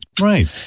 Right